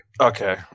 Okay